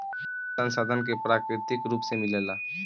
ई संसाधन के प्राकृतिक रुप से मिलेला